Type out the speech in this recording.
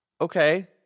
okay